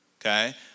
Okay